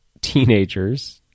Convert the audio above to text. teenagers